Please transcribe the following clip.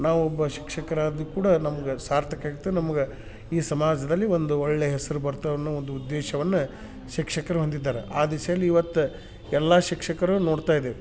ನಾವು ಒಬ್ಬ ಶಿಕ್ಷಕರಾದ್ವಿ ಕೂಡ ನಮ್ಗೆ ಸಾರ್ಥಕತೆ ನಮ್ಗೆ ಈ ಸಮಾಜದಲ್ಲಿ ಒಂದು ಒಳ್ಳೆಯ ಹೆಸರು ಬರ್ತಾವನ್ನೋ ಒಂದು ಉದ್ದೇಶವನ್ನ ಶಿಕ್ಷಕರು ಹೊಂದಿದ್ದಾರೆ ಆ ದೆಸೆಯಲ್ಲಿ ಇವತ್ತು ಎಲ್ಲಾ ಶಿಕ್ಷಕರು ನೋಡ್ತಾಯಿದ್ದೇವೆ